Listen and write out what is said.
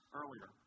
earlier